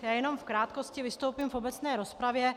Já jenom v krátkosti vystoupím v obecné rozpravě.